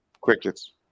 Crickets